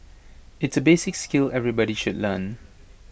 it's A basic skill everybody should learn